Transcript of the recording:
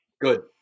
Good